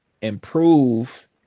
improve